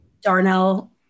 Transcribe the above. Darnell